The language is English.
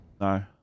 No